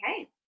Okay